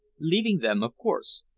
leaving them, of course.